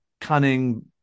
cunning